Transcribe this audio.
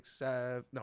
no